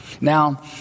Now